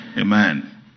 Amen